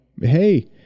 Hey